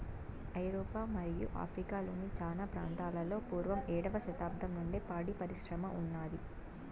ఐరోపా మరియు ఆఫ్రికా లోని చానా ప్రాంతాలలో పూర్వం ఏడవ శతాబ్దం నుండే పాడి పరిశ్రమ ఉన్నాది